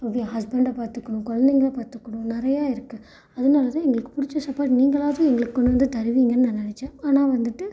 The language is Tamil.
இது ஹஸ்பண்டை பார்த்துக்கணும் குழந்தைங்கள பார்த்துக்கணும் நிறையா இருக்குது அதனால் தான் எங்களுக்கு பிடிச்ச சாப்பாடு நீங்களாவது எங்களுக்கு கொண்டு வந்து தருவீங்கன்னு நான் நினைச்சேன் ஆனால் வந்துவிட்டு